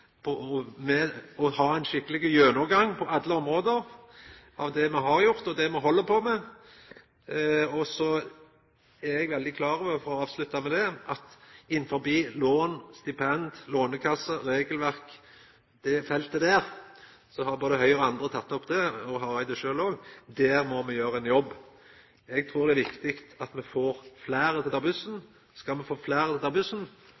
alle område av det me har gjort, og det me held på med. Så er eg veldig klar over – for å avslutta med det – at innafor det feltet som gjeld Lånekassen, lån, stipend, regelverk, så har både Høgre og andre teke opp det, og Hareide sjølv òg. Der må me gjera ein jobb. Eg trur det er viktig at me får fleire til å ta bussen. Og skal me få fleire til å ta bussen,